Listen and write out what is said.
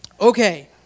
okay